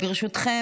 ברשותכם,